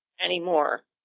anymore